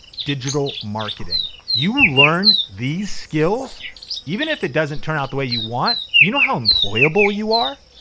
digital marketing. you learn these skills even if it doesn't turn out the way you want, you know how employable you are?